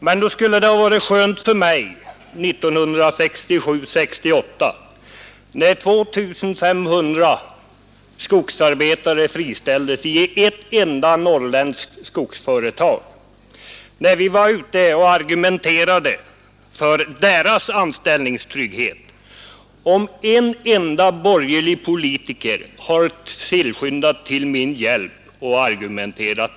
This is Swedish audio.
Men nog hade det varit skönt för mig om en enda borgerlig politiker hade skyndat till min hjälp och argumenterat, när 2 500 skogsarbetare friställdes i ett enda norrländskt skogsföretag 1967—1968 och vi var ute och argumenterade för deras anställningstrygghet.